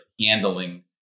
handling